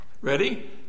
Ready